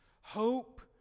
Hope